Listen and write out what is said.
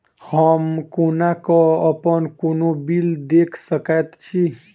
हम कोना कऽ अप्पन कोनो बिल देख सकैत छी?